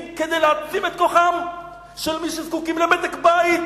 כדי להעצים את כוחם של מי שזקוקים לבדק-בית,